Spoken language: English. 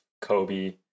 Kobe